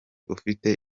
ufite